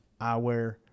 eyewear